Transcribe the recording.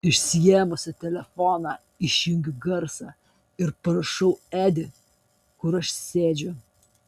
išsiėmusi telefoną išjungiu garsą ir parašau edi kur aš sėdžiu